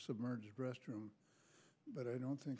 submerged restroom but i don't think